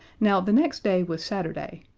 now, the next day was saturday.